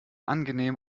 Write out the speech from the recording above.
angenehm